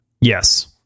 yes